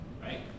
Right